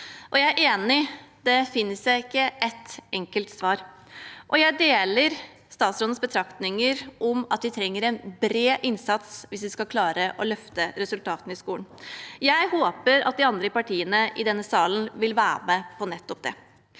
Jeg er enig: Det finnes ikke ett enkelt svar. Jeg deler også statsrådens betraktninger om at vi trenger en bred innsats hvis vi skal klare å løfte resultatene i skolen. Jeg håper at de andre partiene i denne salen vil være med på nettopp det,